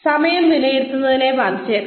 സമയം വിലയിരുത്തലുകളെ ബാധിച്ചേക്കാം